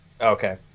Okay